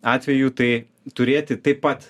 atvejų tai turėti taip pat